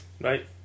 Right